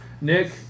Nick